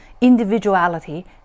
individuality